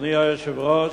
אדוני היושב-ראש,